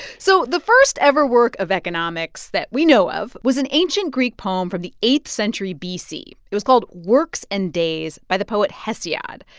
so the first-ever work of economics that we know of was an ancient greek poem from the eighth century b c. it was called works and days by the poet hesiod.